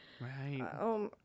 Right